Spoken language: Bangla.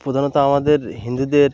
প্রধানত আমাদের হিন্দুদের